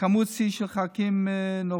מספר שיא של ח"כים נורבגים.